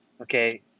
okay